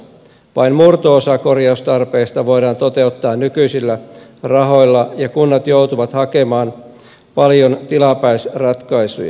vain murto osa korjaustarpeesta voidaan toteuttaa nykyisillä rahoilla ja kunnat joutuvat hakemaan paljon tilapäisratkaisuja